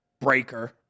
Breaker